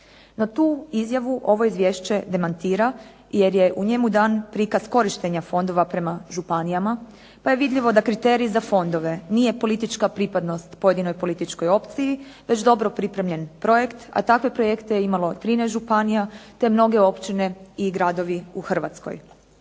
No tu izjavu ovo izvješće demantira jer je u njemu dan prikaz korištenja fondova prema županijama pa je vidljivo da kriterij za fondove nije politička pripadnost pojedinoj političkoj opciji već dobro pripremljen projekt, a takve projekte je imalo 13 županija te mnoge općine i gradovi u Hrvatskoj.